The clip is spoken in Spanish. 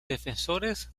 defensores